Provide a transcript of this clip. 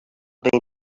بين